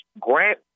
grant